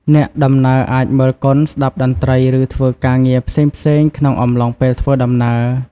អ្នកដំណើរអាចមើលកុនស្តាប់តន្ត្រីឬធ្វើការងារផ្សេងៗក្នុងអំឡុងពេលធ្វើដំណើរ។